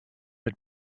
mit